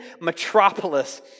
metropolis